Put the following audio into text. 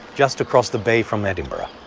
just across the bay from edinburgh.